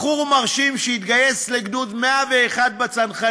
בחור מרשים שהתגייס לגדוד 101 בצנחנים,